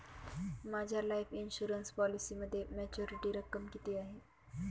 माझ्या life insurance पॉलिसीमध्ये maturity रक्कम किती आहे?